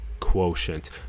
quotient